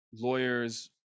lawyers